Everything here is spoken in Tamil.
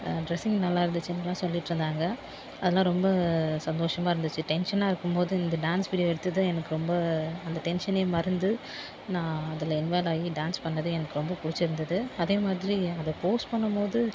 டிரெஸ்ஸிங் நல்லாருந்துச்சின்லாம் சொல்லிட்டுருந்தாங்க அதெலாம் ரொம்ப சந்தோஷமாக இருந்துச்சு டென்ஷனாக இருக்கும் போது இந்த டான்ஸ் வீடியோ எடுத்தது தான் எனக்கு ரொம்ப அந்த டென்ஷனே மறந்து நான் அதில் இன்வால்வ் ஆகி டான்ஸ் பண்ணது எனக்கு ரொம்ப பிடிச்சிருந்துது அதேமாதிரி அதை போஸ்ட் பண்ணும் போது